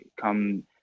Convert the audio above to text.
come –